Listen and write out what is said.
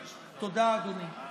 תודה, אדוני.